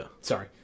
Sorry